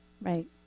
Right